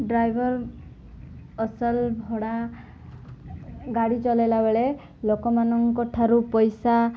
driver ଅସଲ ଭଡ଼ା ଗାଡ଼ି ଚଲାଇଲା ବେଳେ ଲୋକମାନଙ୍କ ଠାରୁ ପଇସା